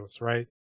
right